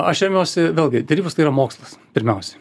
aš remiuosi vėlgi derybos tai yra mokslas pirmiausiai